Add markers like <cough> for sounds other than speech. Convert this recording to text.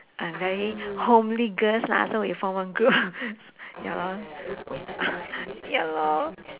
and very homely girls lah so we form one group <breath> ya lor <breath> ya lor